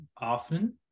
often